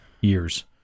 years